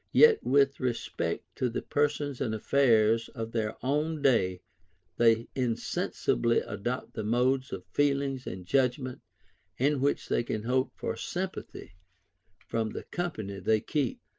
yet with respect to the persons and affairs of their own day they insensibly adopt the modes of feeling and judgment in which they can hope for sympathy from the company they keep.